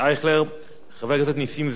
חבר הכנסת נסים זאב, אינו נמצא.